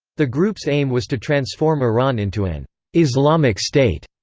the group's aim was to transform iran into an islamic state.